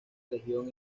región